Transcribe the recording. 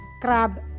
Crab